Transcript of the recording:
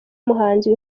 muhanzi